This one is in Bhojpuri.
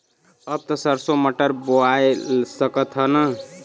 अब त सरसो मटर बोआय सकत ह न?